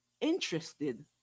interested